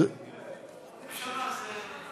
למה 80?